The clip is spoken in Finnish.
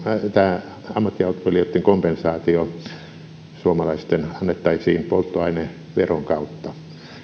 tämä suomalaisten ammattiautoilijoiden kompensaatio annettaisiin polttoaineveron kautta